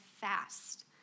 fast